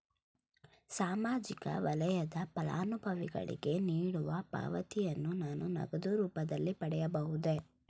ಸಾಮಾಜಿಕ ವಲಯದ ಫಲಾನುಭವಿಗಳಿಗೆ ನೀಡುವ ಪಾವತಿಯನ್ನು ನಾನು ನಗದು ರೂಪದಲ್ಲಿ ಪಡೆಯಬಹುದೇ?